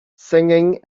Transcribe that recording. singing